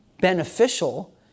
beneficial